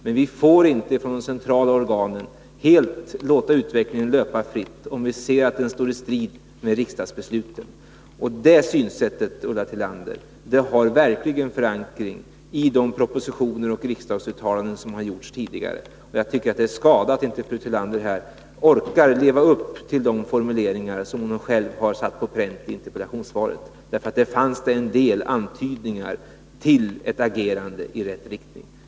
Men vi får inte från de centrala organens sida låta utvecklingen löpa helt fritt, om vi ser att den står i strid med riksdagsbesluten. Det synsättet, Ulla Tillander, har verkligen förankringi de propositioner som har framlagts och de riksdagsuttalanden som har gjorts tidigare. Jag tycker att det är skada att inte fru Tillander orkar leva upp till de formuleringar som hon själv har satt på pränt i interpellationssvaret. Där fanns det en del antydningar till ett agerande i rätt riktning.